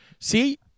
See